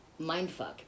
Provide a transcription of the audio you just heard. mindfuck